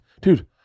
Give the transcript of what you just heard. Dude